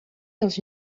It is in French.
dans